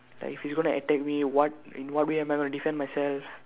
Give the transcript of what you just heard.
like if he's gonna attack me what in what way am I going to defend myself